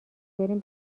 بریم